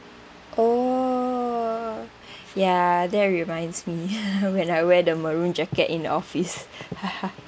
oh ya that reminds me when I wear the maroon jacket in the office